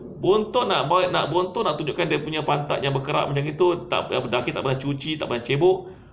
bontot buat nak bontot nak tunjukkan dia punya pantat yang berkerak macam gitu daki tak pernah cuci tak pernah cebok